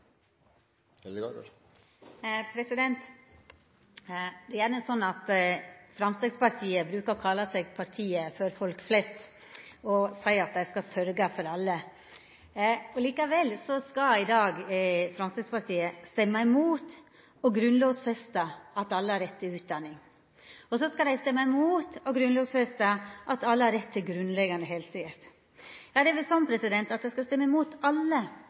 hva det så måtte bli. Det er gjerne sånn at Framstegspartiet brukar å kalla seg partiet for folk flest og seia at dei skal sørgja for alle. Likevel skal i dag Framstegspartiet stemma imot å grunnlovfesta at alle har rett til utdanning. Dei skal også stemma imot å grunnlovfesta at alle har rett til grunnleggjande helsehjelp. Det er vel sånn at dei skal stemma imot alle